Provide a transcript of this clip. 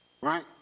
Right